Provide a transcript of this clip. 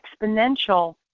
exponential